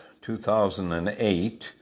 2008